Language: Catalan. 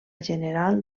general